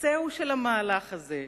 קצהו של המהלך הזה.